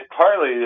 partly